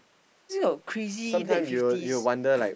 this is about crazy late fifties